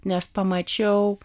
nes pamačiau